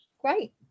great